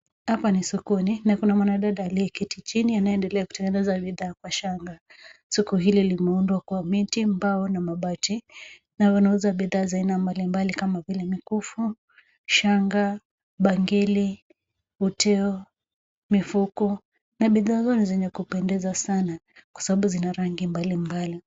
Hapa ni sokoni na kuna mwanadada alieketi chini akitengeneza bidaa kwa shangaa, soko hili lime undwa miti, mbao na mabati na anauza bidhaa mbalimbali kama vile bangili, vikufu, shanga, uteo, mifuko na bidhaa ni za kupendeza sana kwa sababu zina rangi mbalimbali.